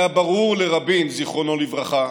היה ברור לרבין, זיכרונו לברכה,